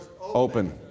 open